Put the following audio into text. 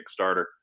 Kickstarter